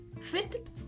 fit